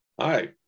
Hi